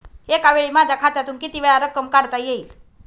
एकावेळी माझ्या खात्यातून कितीवेळा रक्कम काढता येईल?